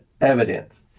evidence